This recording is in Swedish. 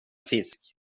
fisk